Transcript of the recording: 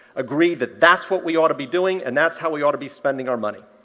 agree that that's what we ought to be doing and that's how we ought to be spending our money.